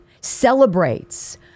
celebrates